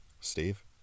Steve